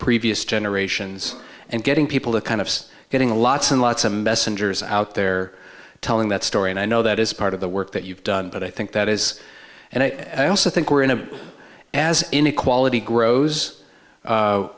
previous generations and getting people to kind of getting lots and lots of messengers out there telling that story and i know that is part of the work that you've done but i think that is and i also think we're in a as inequality grows